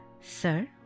Sir